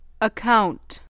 Account